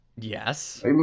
Yes